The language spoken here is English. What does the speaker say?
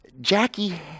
Jackie